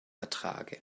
ertrage